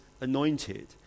anointed